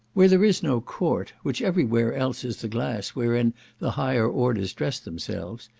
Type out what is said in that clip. where there is no court, which every where else is the glass wherein the higher orders dress themselves,